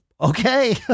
okay